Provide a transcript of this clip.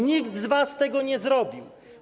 Nikt z was tego nie zrobił.